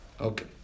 Okay